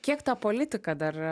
kiek ta politika dar